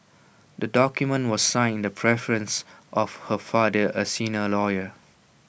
the document was signed in the presence of her father A senior lawyer